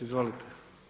Izvolite.